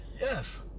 Yes